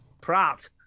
Pratt